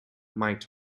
might